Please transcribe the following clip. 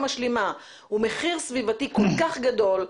משלימה הוא מחיר סביבתי כל כך גדול,